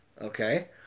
Okay